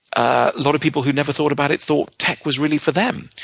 a lot of people who never thought about it thought tech was really for them.